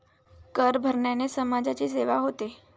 कर भरण्याने समाजाची सेवा होते